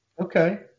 Okay